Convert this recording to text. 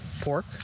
Pork